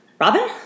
Robin